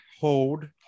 Hold